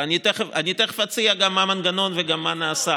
ואני תיכף אציע גם מה המנגנון וגם מה נעשה